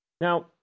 Now